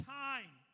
time